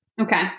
Okay